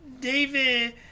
David